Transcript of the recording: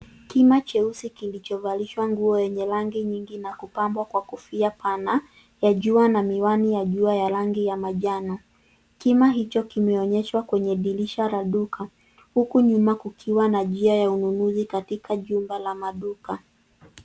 Kima cheusi kilichovalishwa nguo yenye rangi nyingi na kupambwa kwa kofia pana; ya jua na miwani ya jua ya rangi ya manjano. Kima hicho kimeonyeshwa kwenye dirisha la duka huku nyuma kukiwa na njia ya ununuzi katika jumba la maduka.